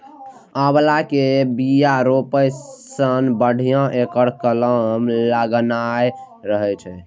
आंवला के बिया रोपै सं बढ़िया एकर कलम लगेनाय रहै छै